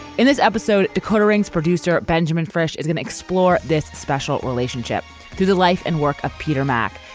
in this episode, dakota rings. producer benjamin fresh is going to explore this special relationship through the life and work of peter mac,